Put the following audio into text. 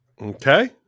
Okay